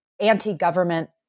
anti-government